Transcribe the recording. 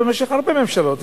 במשך הרבה ממשלות,